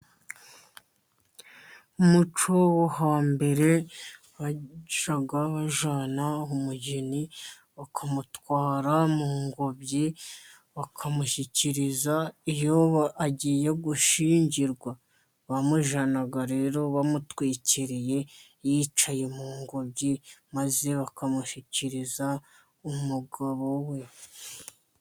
Umuco wo hambere bajyaga bajyana umugeni bakamutwara mu ngobyi, bakamushyikiriza iyo bagiye gushyingirwa. Bamujyanaga rero bamutwikiriye yicaye mu ngobyi, maze bakamushyikiriza umugabo we.